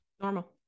Normal